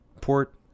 port